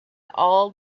all